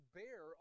bear